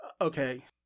okay